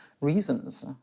reasons